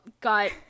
got